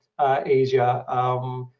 Asia